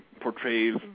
portrays